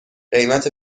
قیمت